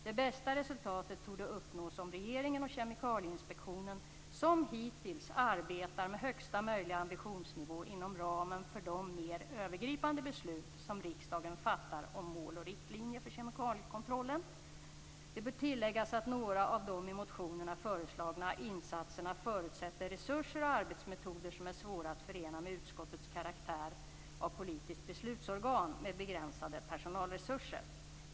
Det bästa resultatet torde uppnås om regeringen och Kemikalieinspektionen som hittills arbetar med högsta möjliga ambitionsnivå inom ramen för de mer övergripande beslut som riksdagen fattar om mål och riktlinjer för kemikaliekontrollen. Det bör tilläggas att några av de i motionerna föreslagna insatserna förutsätter resurser och arbetsmetoder som är svåra att förena med utskottets karaktär av politiskt beslutsorgan med begränsade personalresurser."